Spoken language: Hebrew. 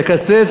לקצץ